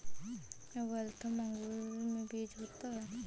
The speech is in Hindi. वाल्थम अंगूर में बीज होता है